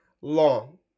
long